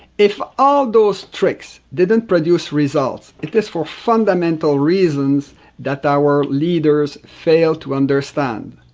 if all those tricks didn't produce results, it is for fundamental reasons that our leaders fail to understand.